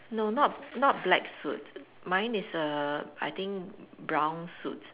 no not not black suit mine is err I think brown suit